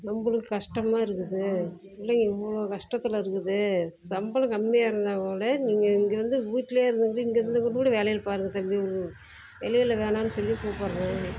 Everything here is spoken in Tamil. நம்மளுக்கு கஷ்டமாக இருக்குது பிள்ளைங்க இவ்வளோ கஷ்டத்தில் இருக்குது சம்பளம் கம்மியாக இருந்தால் கூட நீங்கள் இங்கே வந்து வீட்லேயே இருந்து வந்து இங்கே இருந்து கூட வேலைகளை பாருங்கள் தம்பி வெளியில் வேணாம்னு சொல்லி கூப்பிட்றேன்